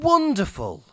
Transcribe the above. Wonderful